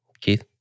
Keith